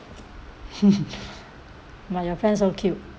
but your friend so cute